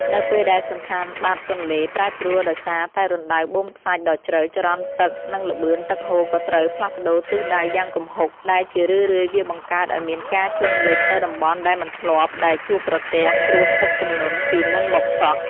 នៅពេលដែលសណ្ឋានបាតទន្លេប្រែប្រួលដោយសារតែរណ្តៅបូមខ្សាច់ដ៏ជ្រៅ ចរន្តទឹក និងល្បឿនទឹកហូរក៏ត្រូវផ្លាស់ប្តូរទិសដៅយ៉ាងគំហុក ដែលជារឿយៗវាបង្កើតឱ្យមានការជន់លិចនៅតំបន់ដែលមិនធ្លាប់ដែលជួបប្រទះគ្រោះទឹកជំនន់ពីមុនមកសោះ។